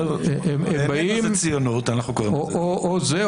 או זה,